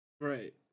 right